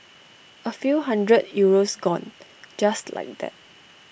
A few hundred euros gone just like that